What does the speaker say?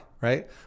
right